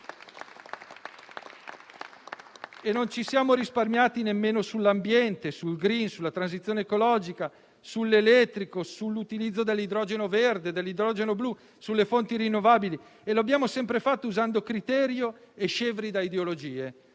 Non ci siamo risparmiati nemmeno sull'ambiente, sul *green*, sulla transizione ecologica, sull'elettrico, sull'utilizzo dall'idrogeno verde e dell'idrogeno blu, sulle fonti rinnovabili; lo abbiamo sempre fatto usando criterio e scevri da ideologie.